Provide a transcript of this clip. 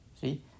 See